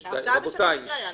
זה פסק הדין.